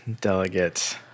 delegate